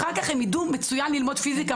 אחר כך הם ידעו מצוין ללמוד פיסיקה,